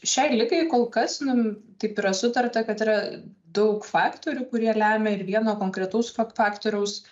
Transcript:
šiai ligai kol kas nu taip yra sutarta kad yra daug faktorių kurie lemia ir vieno konkretaus fak faktoriaus